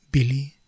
Billy